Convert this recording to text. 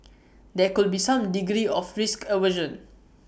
there could be some degree of risk aversion